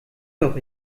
doch